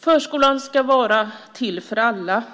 Förskolan ska vara till för alla.